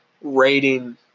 rating